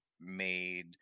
made